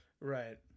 right